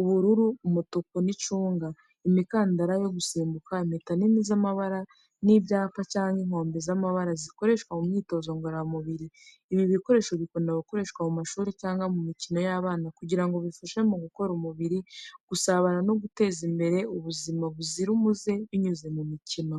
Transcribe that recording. ubururu, umutuku, n’icunga), imikandara yo gusimbuka, impeta nini z’amabara, n’ibyapa cyangwa inkombe z’amabara zikoreshwa mu myitozo ngororamubiri. Ibi bikoresho bikunda gukoreshwa mu mashuri cyangwa mu mikino y’abana kugira ngo bifashe mu gukorera umubiri, gusabana, no guteza imbere ubuzima buzira umuze binyuze mu mikino.